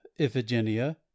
Iphigenia